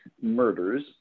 murders